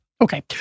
okay